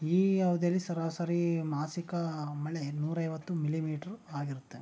ಈ ಅವಧಿಯಲ್ಲಿ ಸರಾಸರಿ ಮಾಸಿಕ ಮಳೆ ನೂರೈವತ್ತು ಮಿಲಿಮೀಟ್ರ್ ಆಗಿರುತ್ತೆ